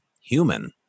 human